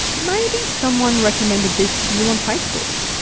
maybe someone recommended this to you on facebook.